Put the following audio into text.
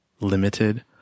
limited